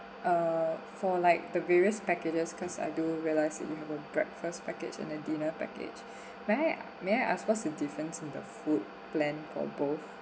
uh for like the various packages because I do realize that you have a breakfast package and a dinner package may I may I ask what's the difference in the food plan for both